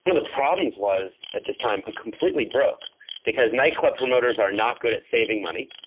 the problems was at this time, i'm completely broke because night club promoters are not good at saving money.